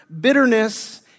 bitterness